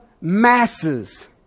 masses